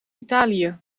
italië